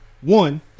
One